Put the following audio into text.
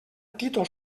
títol